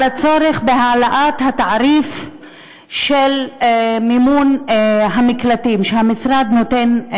על הצורך בהעלאת התעריף למימון המקלטים שהמשרד נותן.